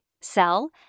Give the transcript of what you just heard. sell